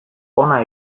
hona